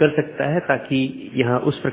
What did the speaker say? गया है और ऐसा ही और आगे भी है